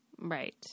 Right